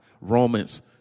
Romans